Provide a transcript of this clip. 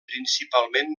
principalment